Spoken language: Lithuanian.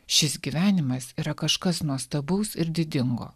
šis gyvenimas yra kažkas nuostabaus ir didingo